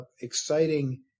exciting